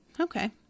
Okay